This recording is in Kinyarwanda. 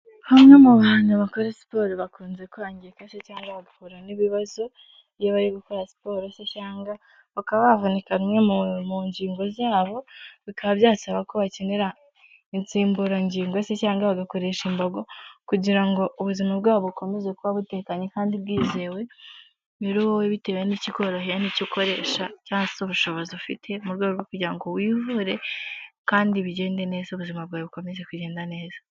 Bamwe mu bantu bakora siporo bakunze kwangirika se cyangwa bagahura n'ibibazo iyo bari gukora siporo cyangwa bakaba bavunika imwe mu ngingo zabo bikaba byasaba ko bakenera insimburangingo se cyangwa bagakoresha imbago kugira ngo ubuzima bwabo bukomeze kuba butekanye kandi bwizewe. Rero wowe bitewe n'iki koroheye nicyo ukoresha cyangwa se ubushobozi ufite murwego rwo kugirango ngo wivure kandi bigende neza ubuzima bwawe bukomeze kugenda neza.